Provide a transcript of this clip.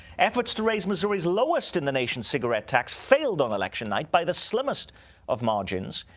efforts to raise missouri's lowest in the nation cigarette tax failed on election night by the slimmest of margins.